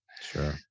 Sure